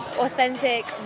authentic